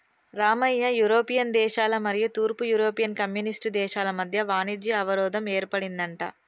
Ramayya European దేశాల మరియు తూర్పు యూరోపియన్ కమ్యూనిస్ట్ దేశాల మధ్య వాణిజ్య అవరోధం ఏర్పడిందంట